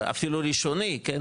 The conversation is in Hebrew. אפילו ראשוני, כן?